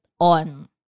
on